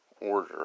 order